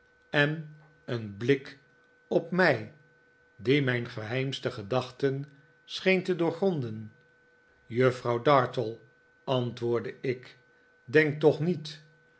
en een blik op mij die mijn geheimste gedachten scheen te doorgronden juffrouw dartle antwoordde ik denk toch niet